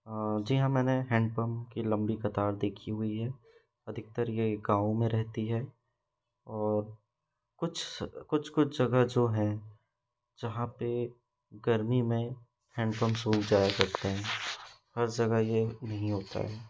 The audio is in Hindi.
जी हाँ मैंने हैंडपंप की लंबी कतार देखी हुई है अधिकतर ये गाँव में रहती है और कुछ कुछ कुछ जगह जो हैं जहाँ पे गर्मी में हैंडपंप सूख जाया करते हैं हर जगह यह नहीं होता है